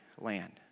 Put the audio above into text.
land